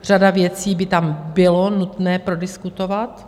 Řadu věcí by tam bylo nutné prodiskutovat.